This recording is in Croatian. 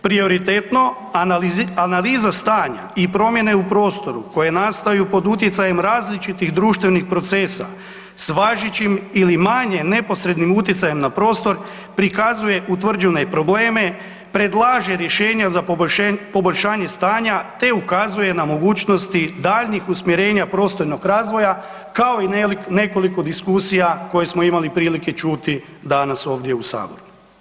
Prioritetno, analiza stanja i promjene u prostoru koje nastaju pod utjecajem različitih društvenih procesa s važećim ili manje neposrednim utjecajem na prostor prikazuje utvrđene probleme, predlaže rješenja za poboljšanje stanja, te ukazuje na mogućnosti daljnjih usmjerenja prostornog razvoja, kao i nekoliko diskusija koje smo imali prilike čuti danas ovdje u saboru.